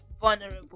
vulnerable